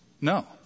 no